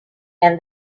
and